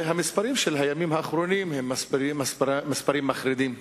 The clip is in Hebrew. המספרים של הימים האחרונים הם מספרים מחרידים.